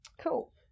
Cool